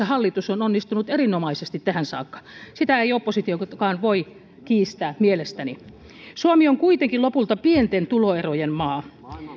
hallitus on onnistunut erinomaisesti tähän saakka sitä ei oppositiokaan voi kiistää mielestäni suomi on kuitenkin lopulta pienten tuloerojen maa